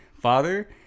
father